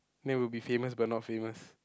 man we'll be famous but not famous